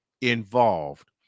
involved